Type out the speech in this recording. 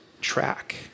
track